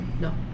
No